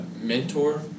mentor